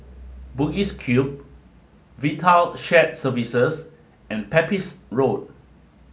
Bugis Cube VITAL Shared Services and Pepys Road